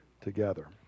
together